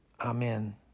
Amen